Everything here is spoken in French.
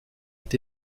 est